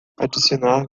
adicionar